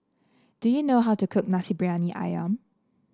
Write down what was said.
do you know how to cook Nasi Briyani ayam